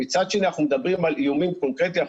מצד שני אנחנו מדברים על איומים קונקרטיים.